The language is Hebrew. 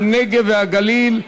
הנגב והגליל,